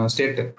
State